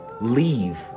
leave